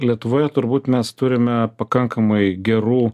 lietuvoje turbūt mes turime pakankamai gerų